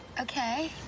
Okay